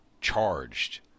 charged